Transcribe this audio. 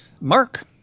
Mark